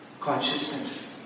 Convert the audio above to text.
consciousness